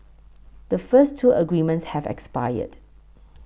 the first two agreements have expired